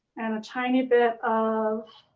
and a tiny bit of